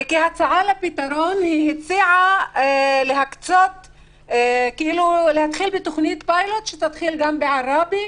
כהצעה לפתרון היא הציעה להתחיל בתוכנית פיילוט בעראבה,